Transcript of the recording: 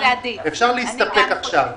אפשר להסתפק עכשיו.